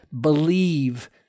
believe